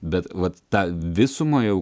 bet vat tą visumą jau